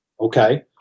Okay